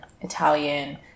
Italian